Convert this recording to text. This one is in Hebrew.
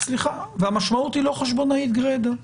המשמעות היא לא חשבונאית גרידא.